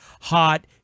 hot